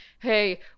hey